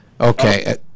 Okay